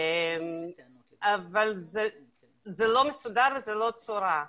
אבל זה לא מסודר ולא צורה.